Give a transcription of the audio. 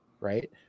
right